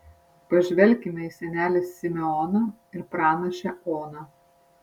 pažvelkime į senelį simeoną ir pranašę oną